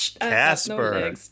Casper